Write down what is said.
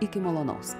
iki malonaus